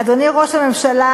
אדוני ראש הממשלה,